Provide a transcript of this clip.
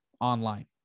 online